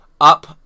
up